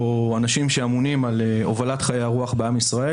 או אנשים שאמונים על הובלת חיי הרוח בעם ישראל,